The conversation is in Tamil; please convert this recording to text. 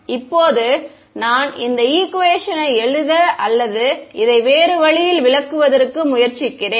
இப்போது நான் இந்த ஈக்குவேஷனை எழுத அல்லது இதை வேறு வழியில் விளக்குவதற்கு முயற்சிக்கிறேன்